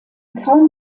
kaum